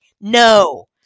no